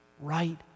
right